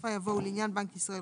בסופה יבוא "ולעניין בנק ישראל,